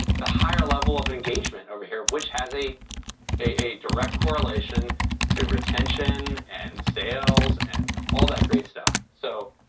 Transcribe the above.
the higher level of engagement over here, which has a a direct correlation to retention, and sales, and all that great stuff. so,